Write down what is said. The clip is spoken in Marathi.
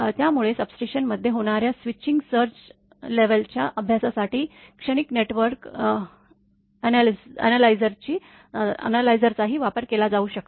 त्यामुळे सबस्टेशनमध्ये होणाऱ्या स्विचिंग सर्ज लेव्हलच्या अभ्यासासाठी क्षणिक नेटवर्क अॅनालायझरचाही वापर केला जाऊ शकतो